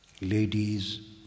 ladies